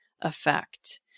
effect